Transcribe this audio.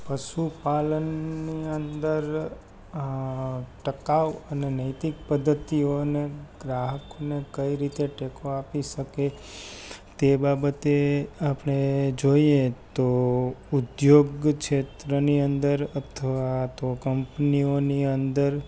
પશુપાલનની અંદર ટકાઉ અને નૈતિક પદ્ધતિઓને ગ્રાહકોને કઈ રીતે ટેકો આપી શકે તે બાબતે આપણે જોઈએ તો ઉદ્યોગ ક્ષેત્રની અંદર અથવા તો કંપનીઓની અંદર